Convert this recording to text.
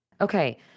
okay